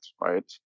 right